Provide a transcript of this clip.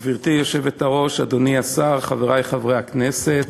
גברתי היושבת-ראש, אדוני השר, חברי חברי הכנסת,